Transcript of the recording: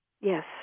Yes